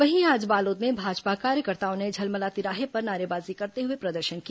वहीं आज बालोद में भाजपा कार्यकर्ताओं ने झलमला तिराहे पर नारेबाजी करते हुए प्रदर्शन किया